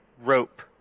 rope